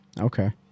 Okay